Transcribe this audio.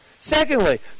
Secondly